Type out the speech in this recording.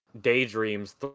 daydreams